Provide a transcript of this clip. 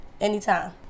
anytime